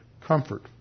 comfort